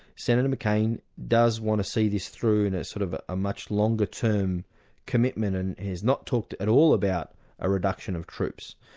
senator mccain does want to see this through in a sort of a much longer term commitment, and he's not talked at all about a reduction of troops.